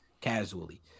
casually